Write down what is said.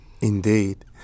Indeed